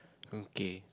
okay